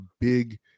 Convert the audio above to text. big